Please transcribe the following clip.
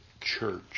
church